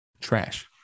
trash